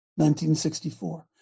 1964